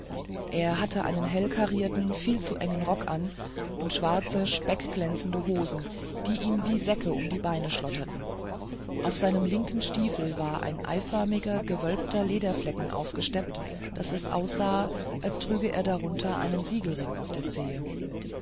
er hatte einen hellkarierten viel zu engen rock an und schwarze speckglänzende hosen die ihm wie säcke um die beine schlotterten auf seinem linken stiefel war ein eiförmiger gewölbter lederfleck aufgesteppt daß es aussah als trüge er darunter einen siegelring auf der zehe